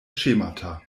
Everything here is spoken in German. schemata